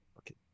Okay